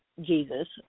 Jesus